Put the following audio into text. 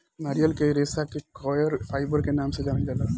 नारियल के रेशा के कॉयर फाइबर के नाम से जानल जाला